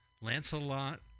Lancelot